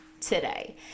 today